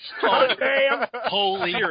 Holy